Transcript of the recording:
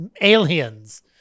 aliens